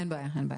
אין בעיה.